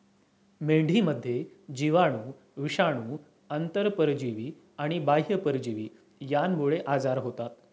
मेंढीमध्ये जीवाणू, विषाणू, आंतरपरजीवी आणि बाह्य परजीवी यांमुळे आजार होतात